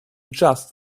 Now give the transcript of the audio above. just